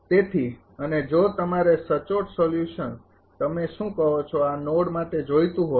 તેથી અને જો તમારે સચોટ સોલ્યુશન તમે શું કહો છો આ નોડ માટે જોઈતું હોય